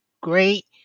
great